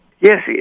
Yes